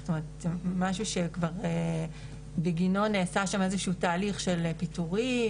זאת אומרת משהו שכבר בגינו נעשה שם איזה שהוא תהליך של פיטורים,